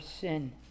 sin